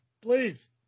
Please